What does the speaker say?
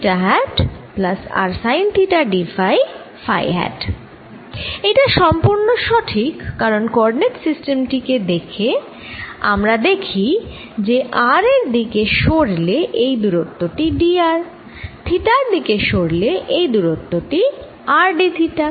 এইটা সম্পূর্ণ সঠিক কারণ কোঅরডিনেট সিস্টেম টি কে দেখলে আমরা দেখি যে r এর দিকে সরলে এই দুরত্ব টি d r থিটার দিকে সরলে এই দুরত্ব টি r d থিটা